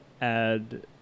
add